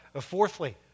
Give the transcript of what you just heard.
Fourthly